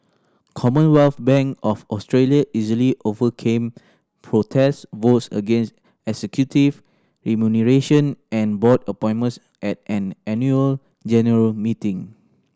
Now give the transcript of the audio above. Commonwealth Bank of Australia easily overcame protest votes against executive remuneration and board appointments at an annual general meeting